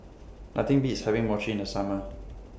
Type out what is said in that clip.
Nothing Beats having Mochi in The Summer